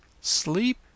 Sleep